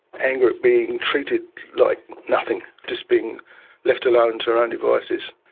anger at being treated like nothing, just being left alone to her own devices,